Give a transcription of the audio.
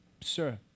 Sir